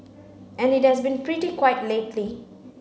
and it has been pretty quiet lately